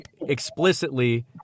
explicitly